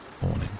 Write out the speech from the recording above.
morning